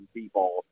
people